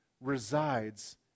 resides